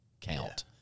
count